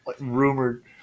Rumored